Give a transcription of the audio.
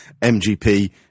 MGP